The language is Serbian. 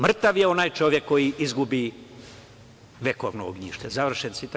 Mrtav je onaj čovek koji izgubio vekovno ognjište“, završen citat.